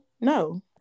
no